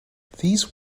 these